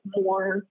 more